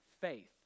faith